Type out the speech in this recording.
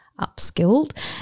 upskilled